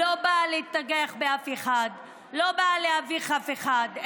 היא לא באה להתנגח באף אחד ולא להביך אף אחד,